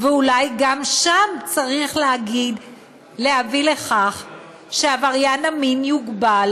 ואולי גם שם צריך להביא לכך שעבריין המין יוגבל